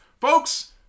Folks